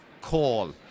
call